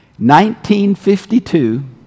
1952